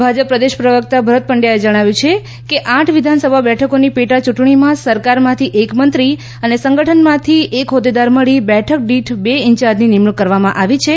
ભાજપ પ્રદેશ પ્રવકતા ભરત પંડથાએ જણાવ્યું છે કે આઠ વિધાનસભા બેઠકોની પેટા ચુંટણીમાં સરકારમાંથી એક મંત્રી અને સંગઠનમાંથી એક હોદેદાર મળી બેઠક દીઠ બે ઇન્યાર્જની નિમણુંક કરવામાં આવી છે